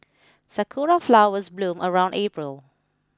sakura flowers bloom around April